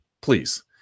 Please